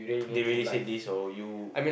they really say this or you